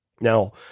Now